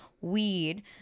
Weed